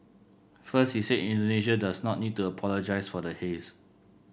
first he said Indonesia does not need to apologise for the haze